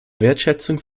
wertschätzung